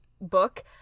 book